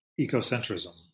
ecocentrism